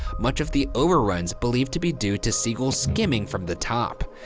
much of the overruns believed to be due to siegel skimming from the top.